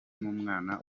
n’umwana